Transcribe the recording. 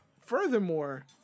furthermore